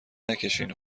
نکشین